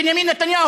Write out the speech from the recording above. בנימין נתניהו,